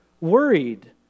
worried